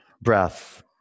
Breath